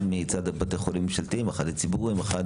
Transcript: אחד מצד בתי החולים הממשלתיים; אחד מצד הציבוריים; אחד